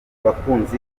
bakunzi